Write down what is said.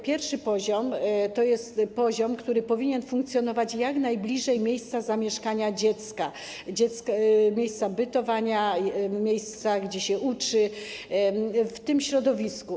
Pierwszy poziom to jest poziom, który powinien funkcjonować jak najbliżej miejsca zamieszkania dziecka, miejsca jego bytowania, miejsca, gdzie się uczy, w jego środowisku.